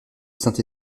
saint